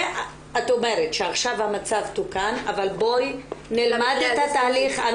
את אומרת שעכשיו המצב תוקן אבל בואי נלמד את התהליך.